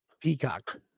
Peacock